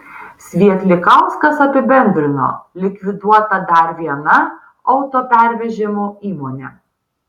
svietlikauskas apibendrino likviduota dar viena autopervežimų įmonė